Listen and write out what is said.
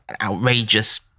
outrageous